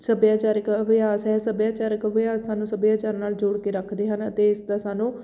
ਸੱਭਿਆਚਾਰਿਕ ਅਭਿਆਸ ਹੈ ਸੱਭਿਆਚਾਰਕ ਅਭਿਆਸ ਸਾਨੂੰ ਸੱਭਿਆਚਾਰ ਨਾਲ ਜੋੜ ਕੇ ਰੱਖਦੇ ਹਨ ਅਤੇ ਇਸਦਾ ਸਾਨੂੰ